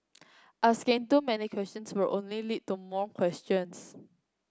asking too many questions would only lead to more questions